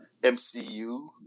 mcu